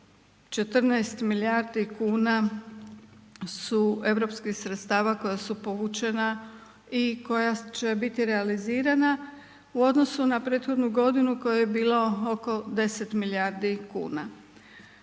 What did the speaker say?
14 milijardi kuna su europskih sredstava koja su povučena i koja će biti realizirana u odnosu na prethodnu godinu u kojoj je bilo oko 10 milijardi kuna.